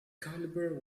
caliber